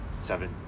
seven –